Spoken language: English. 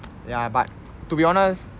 ya but to be honest